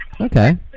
okay